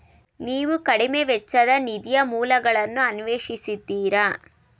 ನೀವು ಕಡಿಮೆ ವೆಚ್ಚದ ನಿಧಿಯ ಮೂಲಗಳನ್ನು ಅನ್ವೇಷಿಸಿದ್ದೀರಾ?